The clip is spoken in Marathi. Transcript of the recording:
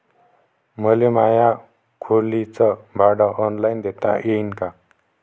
मले माया खोलीच भाड ऑनलाईन देता येईन का?